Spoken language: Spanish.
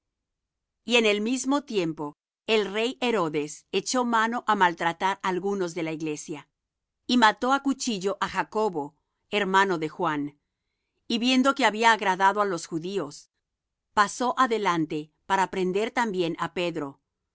y en el mismo tiempo el rey herodes echó mano á maltratar algunos de la iglesia y mató á cuchillo á jacobo hermano de juan y viendo que había agradado á los judíos pasó adelante para prender también á pedro